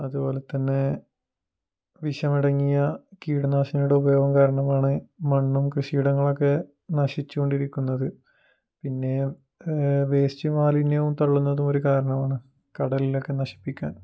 അതുപോലെ തന്നെ വിഷം അടങ്ങിയ കീടനാശിനിയുടെ ഉപയോഗം കാരണമാണ് മണ്ണും കൃഷിയിടങ്ങളൊക്കെ നശിച്ചു കൊണ്ടിരിക്കുന്നത് പിന്നെ വേസ്റ്റ് മാലിന്യവും തള്ളുന്നതും ഒരു കാരണമാണ് കടലിലൊക്കെ നശിപ്പിക്കാൻ